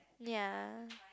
ya